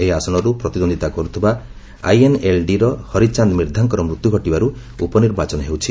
ଏହି ଆସନରୁ ପ୍ରତିଦ୍ୱନ୍ଦିତା କର୍ଥିବା ଆଇଏନ୍ଏଲ୍ଡିର ହରିଚାନ୍ଦ୍ ମିର୍ଦ୍ଧାଙ୍କର ମୃତ୍ୟୁ ଘଟିବାରୁ ଉପନିର୍ବାଚନ ହେଉଛି